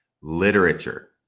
literature